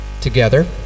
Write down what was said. together